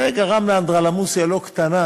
זה גרם לאנדרלמוסיה לא קטנה